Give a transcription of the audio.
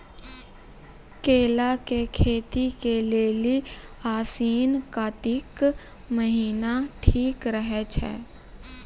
केला के खेती के लेली आसिन कातिक महीना ठीक रहै छै